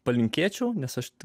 palinkėčiau nes aš